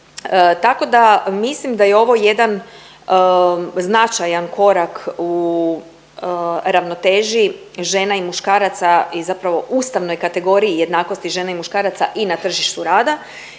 Tako da mislim da je ovo jedan značajan korak u ravnoteži žena i muškaraca i zapravo ustavnoj kategoriji jednakosti žena i muškaraca i na tržištu rada.